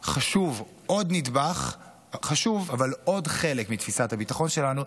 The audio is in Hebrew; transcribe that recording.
עוד נדבך חשוב אבל עוד חלק מתפיסת הביטחון שלנו,